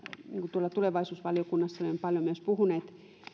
tuolla tulevaisuusvaliokunnassa me olemme paljon myös puhuneet